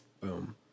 Boom